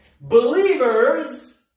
Believers